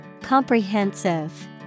Comprehensive